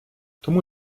тому